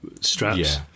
straps